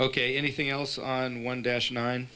ok anything else on one dash nine